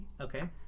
Okay